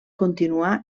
continuà